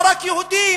לא רק יהודים.